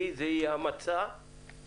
כי זה יהיה המצע לחקיקה.